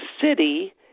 city